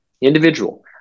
individual